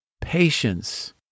patience